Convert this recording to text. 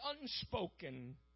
unspoken